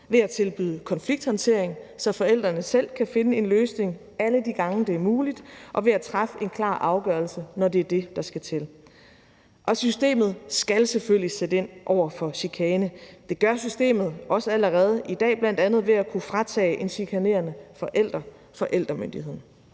ved at tilbyde konflikthåndtering, så forældrene selv kan finde en løsning alle de gange, hvor det er muligt, og ved at træffe en klar afgørelse, når det er det, der skal til. Systemet skal selvfølgelig sætte ind over for chikane, og det gør systemet også allerede i dag, bl.a. ved at kunne fratage en chikanerende forælder forældremyndigheden.